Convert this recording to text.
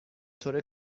طور